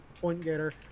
point-getter